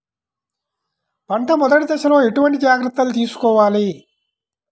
పంట మెదటి దశలో ఎటువంటి జాగ్రత్తలు తీసుకోవాలి?